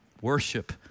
Worship